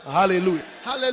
hallelujah